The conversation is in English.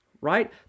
right